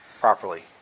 properly